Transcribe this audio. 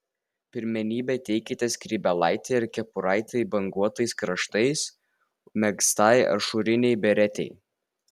pirmenybę teikite skrybėlaitei ar kepuraitei banguotais kraštais megztai ažūrinei beretei